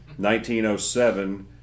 1907